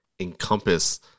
encompass